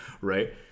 right